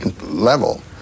level